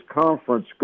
Conference